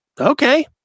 Okay